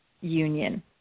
union